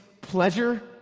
pleasure